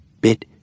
bit